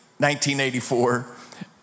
1984